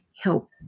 help